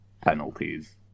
penalties